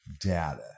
data